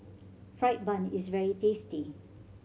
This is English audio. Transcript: fried bun is very tasty